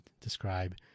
describe